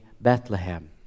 Bethlehem